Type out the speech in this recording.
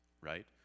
right